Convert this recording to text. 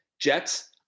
Jets